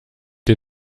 dir